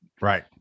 right